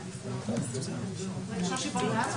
בגלל שיש דיונים בוועדה שלנו לגבי